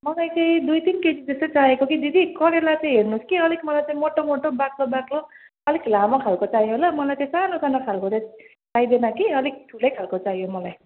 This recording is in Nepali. मलाई चाहिँ दुई तिन केजी जस्तै चाहिएको कि दिदी करेला चाहिँ हेर्नुहोस् कि अलिक मलाई चाहिँ मोटो मोटो बाक्लो बाक्लो अलिक लामो खालको चाहियो ल मलाई त्यो सानो सानो खालको चाहिँ चाहिँदैन कि अलिक ठुलै खालको चाहियो मलाई